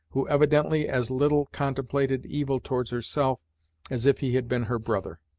who evidently as little contemplated evil towards herself as if he had been her brother.